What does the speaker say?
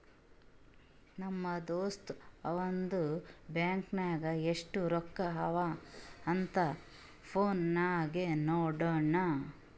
ನಮ್ ದೋಸ್ತ ಅವಂದು ಬ್ಯಾಂಕ್ ನಾಗ್ ಎಸ್ಟ್ ರೊಕ್ಕಾ ಅವಾ ಅಂತ್ ಫೋನ್ ನಾಗೆ ನೋಡುನ್